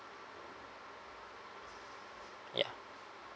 ya